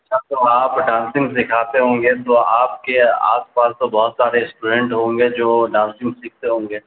سر تو آپ ڈانسنگ سکھاتے ہوں گے تو آپ کے آس پاس تو بہت سارے اسٹوڈینٹ ہوں گے جو ڈانسنگ سیکھتے ہوں گے